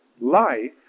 Life